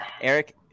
Eric